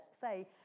say